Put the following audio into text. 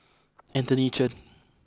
Anthony Chen